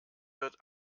wird